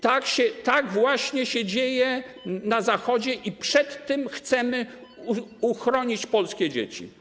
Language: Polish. Tak właśnie się dzieje na Zachodzie i przed tym chcemy uchronić polskie dzieci.